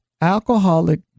Alcoholic